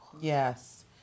Yes